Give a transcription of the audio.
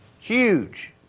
Huge